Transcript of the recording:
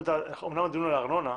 אמנם הדיון הוא על הארנונה,